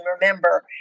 remember